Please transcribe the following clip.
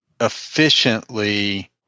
efficiently